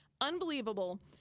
unbelievable